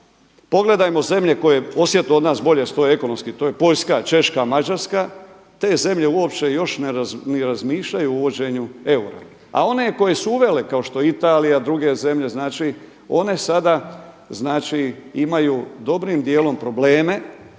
pogledamo zemlje koje osjetno od nas bolje stoje ekonomski, to je Poljska, Češka, Mađarska, te zemlje uopće još ne razmišljaju o uvođenju eura. A one koje su uvele kao što je Italija i druge zemlje, one sada imaju dobrim dijelom probleme